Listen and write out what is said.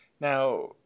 Now